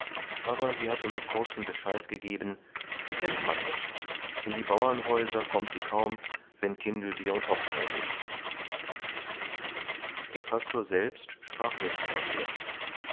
aber sie hatte mir kurzen bescheid gegeben die kennt man nicht in die bauernhäuser kommt sie kaum wenn kindelbier und hochzeit ist der pastor selbst sprach nicht von ihr